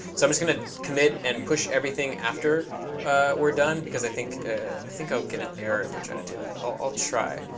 so i'm going to commit and push everything after we're done, because i think think i'll get an error if i try to do that. i'll try.